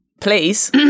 Please